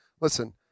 Listen